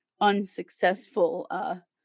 unsuccessful